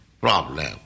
problem